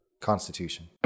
Constitution